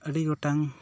ᱟᱹᱰᱤ ᱜᱚᱴᱟᱝ